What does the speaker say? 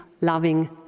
loving